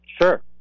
Sure